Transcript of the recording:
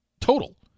total